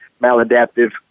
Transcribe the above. maladaptive